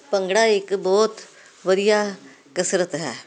ਭੰਗੜਾ ਇੱਕ ਬਹੁਤ ਵਧੀਆ ਕਸਰਤ ਹੈ